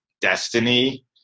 destiny